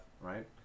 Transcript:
right